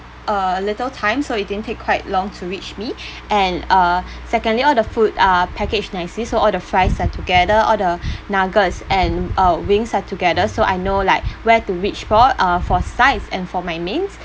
a little time so it didn't take quite long to reach me and uh secondly all the food are packaged nicely so all the fries are together all the nuggets and uh wings are together so I know like where to reach for uh for sides and for my mains